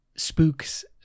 Spook's